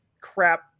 crap